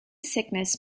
sickness